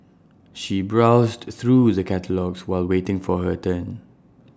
she browsed through the catalogues while waiting for her turn